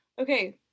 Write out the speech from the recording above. Okay